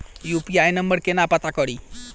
UPI नंबर केना पत्ता कड़ी?